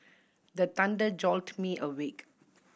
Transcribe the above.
the thunder jolt me awake